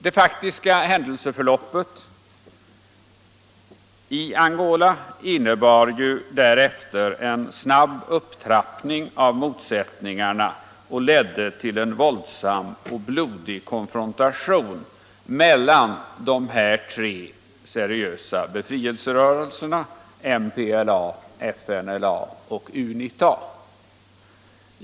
Det faktiska händelseförloppet i Angola innebar ju därefter en snabb upptrappning av motsättningarna och ledde till en våldsam och blodig konfrontation mellan de tre seriösa befrielserörelserna MPLA, FNLA och UNITA.